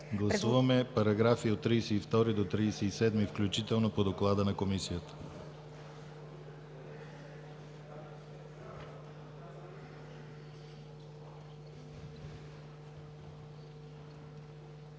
Гласуваме параграфи от 46 до 49 включително по доклада на Комисията.